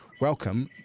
Welcome